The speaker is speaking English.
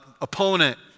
opponent